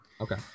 Okay